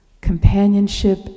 companionship